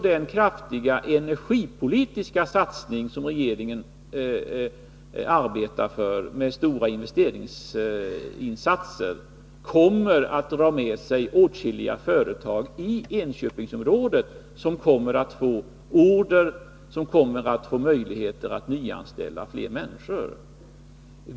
Den kraftiga energipolitiska satsning med stora investeringsinsatser som regeringen nu arbetar för kommer också att dra med sig åtskilliga företag i Enköpingsområdet som kommer att få order och därmed möjligheter att nyanställa fler människor.